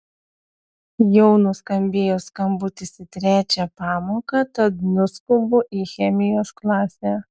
jau nuskambėjo skambutis į trečią pamoką tad nuskubu į chemijos klasę